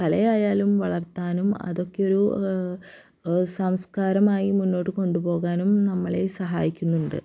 കല ആയാലും വളർത്താനും അതൊക്കെ ഒരു സാംസ്കാരമായി മുന്നോട്ട് കൊണ്ടുപോകാനും നമ്മളെ സഹായിക്കുന്നുണ്ട്